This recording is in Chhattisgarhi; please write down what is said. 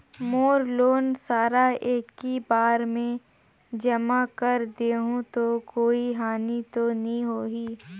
मोर लोन सारा एकी बार मे जमा कर देहु तो कोई हानि तो नी होही?